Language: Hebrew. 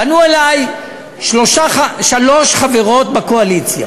פנו אלי שלוש חברות בקואליציה,